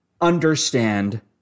understand